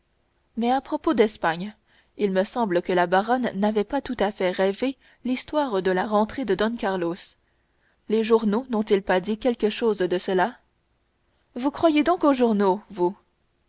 mais à propos d'espagne il me semble que la baronne n'avait pas tout à fait rêvé l'histoire de la rentrée de don carlos les journaux n'ont-ils pas dit quelque chose de cela vous croyez donc aux journaux vous